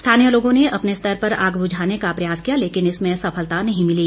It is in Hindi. स्थानीय लोगों ने अपने स्तर पर आग बुझाने का प्रयास किया लेकिन इसमें सफलता नहीं मिली